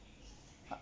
uh